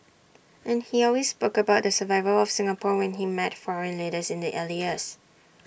and he always spoke about the survival of Singapore when he met foreign leaders in the early years